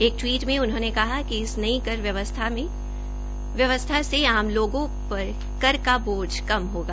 एक टवीट में उन्होंने कहा कि इस नई कर व्यवस्था से आम लोगों पर कर का बोझ कम होगा